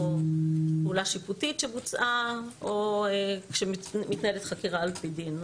או פעולה שיפוטית שבוצעה או כשמתנהלת חקירה על פי דין.